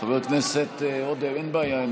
חבר הכנסת עודה, אין בעיה.